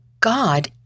God